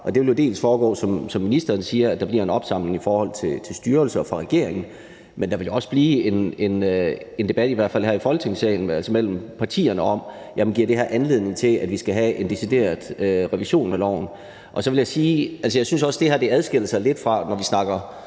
Det vil til dels foregå, som ministeren siger, ved at der bliver en opsamling fra regeringen i forhold til styrelser, men der vil jo også blive en debat i hvert fald her i Folketingssalen mellem partierne om, om det her giver anledning til, at vi skal have en decideret revision af loven. Så vil jeg sige, at jeg også synes, at det her adskiller sig lidt fra